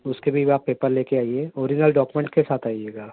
اس کے بھی آپ پیپر لے آئیے اوریجنل ڈاکومنٹ کے ساتھ آئیے گا